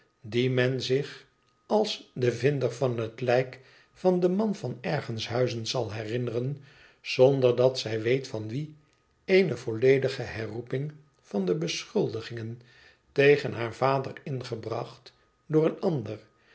die men zich als den vinder van het lijk van den man van ërgenshuizen zal herinneren zonder dat zij weet van wien eene volledige herroeping van de beschuldigingen tegen haar vader ingebracht door een ander